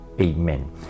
Amen